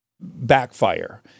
backfire